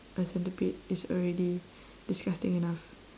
a centipede is already disgusting enough